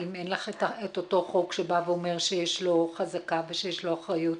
אם אין לך את אותו חוק שבא ואומר שיש לו חזקה ושיש לו אחריות,